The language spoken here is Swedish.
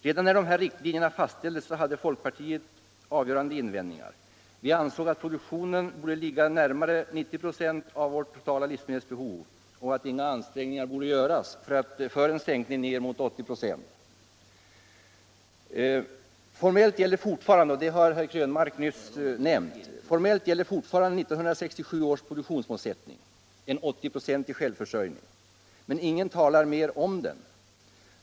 Redan när dessa riktlinjer fastställdes hade folkpartiet avgörande invändningar. Vi ansåg att produktionen borde ligga närmare 90 96 av vårt totala livsmedelsbehov och att inga ansträngningar för en sänkning mot 80 26 borde göras. Formellt gäller fortfarande, som också herr Krönmark nyss har nämnt, 1967 års produktionsmålsättning — en 80-procentig självförsörjning. Men ingen talar numera om den.